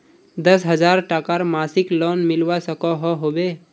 दस हजार टकार मासिक लोन मिलवा सकोहो होबे?